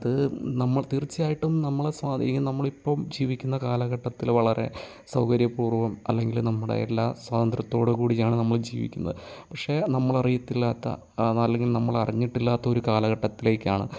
അത് നമ്മൾ തീർച്ചയായിട്ടും നമ്മളെ സ്വാധീനി നമ്മൾ ഇപ്പം ജീവിക്കുന്ന കാലഘട്ടത്തിലെ വളരെ സൗകര്യപൂർവ്വം അല്ലെങ്കിൽ നമ്മുടെ എല്ലാ സ്വാതന്ത്ര്യത്തോടും കൂടിയാണ് നമ്മൾ ജീവിക്കുന്നത് പക്ഷേ നമ്മൾ അറിയത്തില്ലാത്ത ആ അല്ലെങ്കിൽ നമ്മൾ അറിഞ്ഞിട്ടില്ലാത്ത ഒരു കാലഘട്ടത്തിലേക്കാണ്